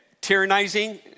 Tyrannizing